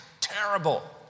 terrible